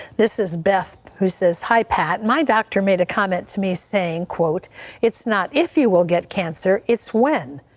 this is beth who says hi pat, my doctor made a comment to me saying quote it's not if you will get cancer, it's when.